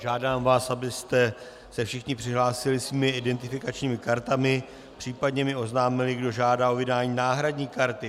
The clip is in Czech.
Žádám vás, abyste se všichni přihlásili svými identifikačními kartami, případně mi oznámili, kdo žádá o vydání náhradní karty.